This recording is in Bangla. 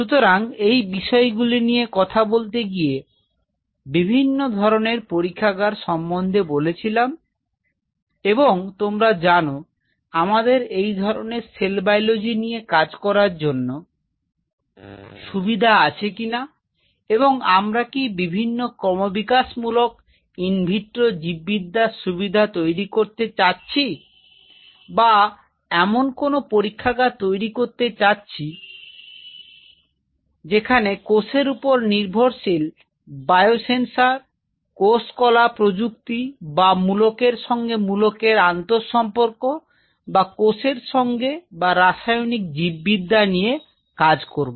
সুতরাং এই বিষয়গুলি নিয়ে কথা বলতে গিয়ে বিভিন্ন ধরনের পরীক্ষাগার সম্বন্ধে বলেছিলাম এবং তোমরা জানো আমাদের এই ধরনের সেল বায়োলজি নিয়ে কাজ করার জন্য সুবিধা আছে কিনা এবং আমরা কি বিভিন্ন ক্রমবিকাশ মূলক ইনভিট্রো জীব বিদ্যার সুবিধা তৈরি করতে চাচ্ছি বা এমন কোনো পরীক্ষাগার তৈরি করতে চাচ্ছি সেখানে কোষের ওপর নির্ভরশীল বায়ো সেন্সর কোষকলা প্রযুক্তি বা মূলকের সঙ্গে মূলকের আন্তঃসম্পর্ক বা কোষের সঙ্গে অথবা রাসায়নিক জীববিদ্যা নিয়ে কাজ করব